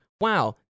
wow